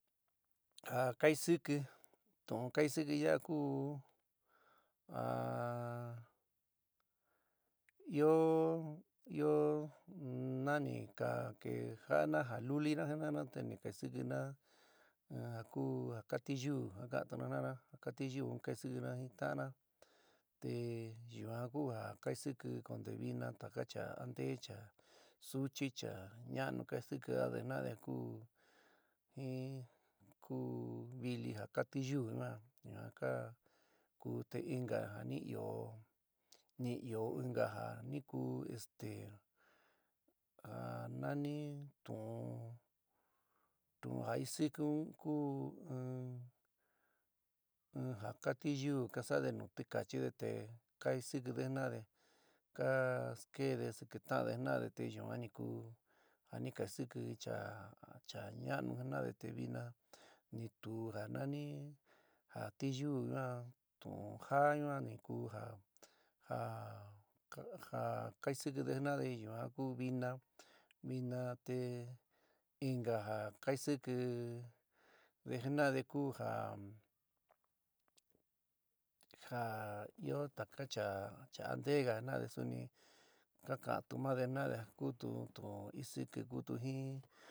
Ja kaisiki, tu'un kaisiki yaá kuu ja ɨó ɨó in nani kakeja'ana jalulina jina'ana te ni kaisikina ja ku ja katiyuú, ja ka'antuna jina'ana, ja katiyú kaisikina jin taánna te yuan ku ja kaisiki conte vina taka chaá anté, chaá suchi cha ña'anu kaisikíade jina'ade ku jin ku víli ja ka tiyú ñua ja ka ku te inka ja ɨó ni ɨó inka ja ni ku esté a nani tu'ún tu'ún a isikɨ-un ku in ja ka tiyú ka sa'ade nu tikachíde te kaisíkide jina'ade ka skeéde siki ta'ande jina'ade te yuan nii ku ja ni kaisiki cha cha ñanu jina'ade te vina ni tuú ja nani ja tiyú yuan tuun jaá yuan ni ku ja ja ja kaisikide jina'ade yuan ku vina, vina te inka ja kaisíkide jina'ade ku ja ja ɨó taka cha anteéga jina'ade suni ka kantu made jina'ade kutu tuún isiki kútu jin.